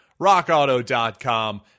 rockauto.com